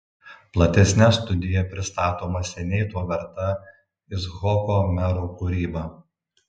platesne studija pristatoma seniai to verta icchoko mero kūryba